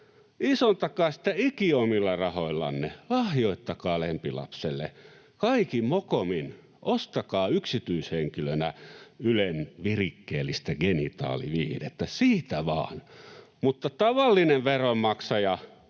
isontakaa sitä ikiomilla rahoillanne, lahjoittakaa lempilapselle, kaikin mokomin. Ostakaa yksityishenkilönä Ylen virikkeellistä genitaaliviihdettä, siitä vain. Mutta tavallinen veronmaksaja